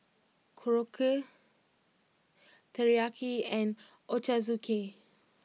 Korokke Teriyaki and Ochazuke